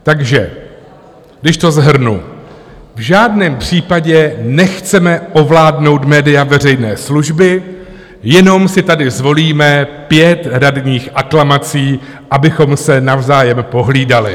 Takže když to shrnu: V žádném případě nechceme ovládnout média veřejné služby, jenom si tady zvolíme pět radních aklamací, abychom se navzájem pohlídali.